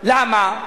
למה?